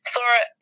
Sora